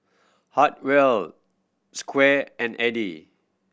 Hartwell Squire and Edie